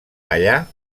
allà